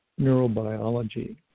neurobiology